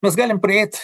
mes galim prieit